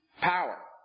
Power